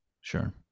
Sure